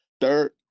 third